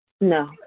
No